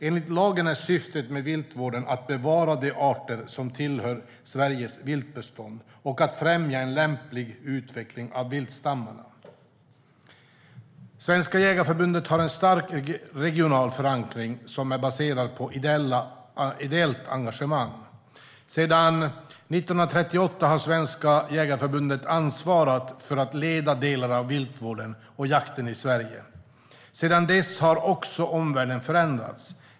Enligt lagen är syftet med viltvården att bevara de arter som tillhör Sveriges viltbestånd och att främja en lämplig utveckling av viltstammarna. Svenska Jägareförbundet har en stark regional förankring som är baserad på ideellt engagemang. Sedan 1938 har Svenska Jägareförbundet ansvarat för att leda delar av viltvården och jakten i Sverige. Sedan dess har omvärlden förändrats.